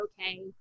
okay